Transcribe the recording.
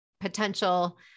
potential